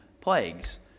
plagues